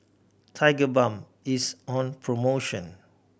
tigerbalm is on promotion